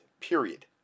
Period